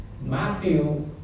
Matthew